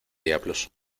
diablos